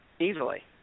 easily